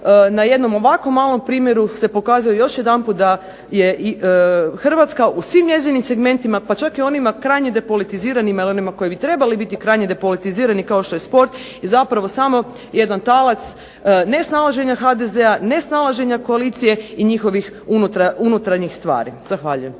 na jednom ovako malom primjeru se pokazuje još jedanput da je i Hrvatska u svim njezinim segmentima, pa čak i onima krajnje depolitiziranim, onima koji bi trebali krajnje depolitizirani kao što je sport i zapravo samo jedan talac nesnalaženja HDZ-a, nesnalaženja koalicije i njihovih unutarnjih stvari. Zahvaljujem.